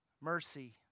mercy